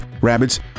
rabbits